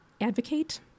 advocate